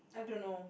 I don't know